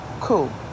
cool